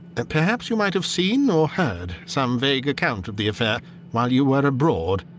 and perhaps you might have seen or heard some vague account of the affair while you were abroad.